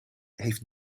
heeft